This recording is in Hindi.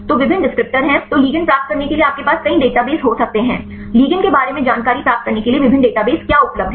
तो विभिन्न डिस्क्रिप्टर हैं तो लिगेंड प्राप्त करने के लिए आपके पास कई डेटाबेस हो सकते हैं लिगेंड के बारे में जानकारी प्राप्त करने के लिए विभिन्न डेटाबेस क्या उपलब्ध हैं